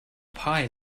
pie